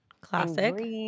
classic